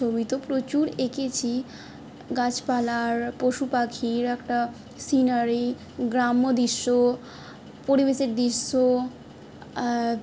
ছবি তো প্রচুর এঁকেছি গাছপালার পশু পাখির একটা সিনারি গ্রাম্য দৃশ্য পরিবেশের দৃশ্য